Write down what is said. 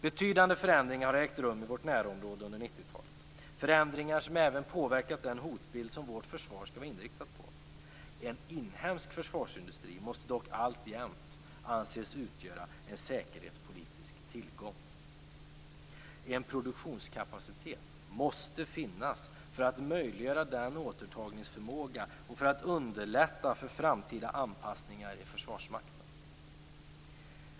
Betydande förändringar har ägt rum i vårt närområde under 90-talet, förändringar som även påverkat den hotbild som vårt försvar skall vara inriktat på. En inhemsk försvarsindustri måste dock alltjämt anses utgöra en säkerhetspolitisk tillgång. En produktionskapacitet måste finnas för att möjliggöra en återtagningsförmåga och för att underlätta för framtida anpassningar i Försvarsmakten.